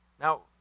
Now